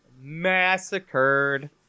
massacred